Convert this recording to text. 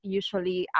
usually